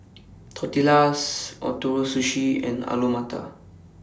Tortillas Ootoro Sushi and Alu Matar